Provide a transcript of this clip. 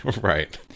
Right